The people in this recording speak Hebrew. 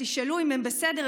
תשאלו אם הם בסדר,